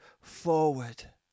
forward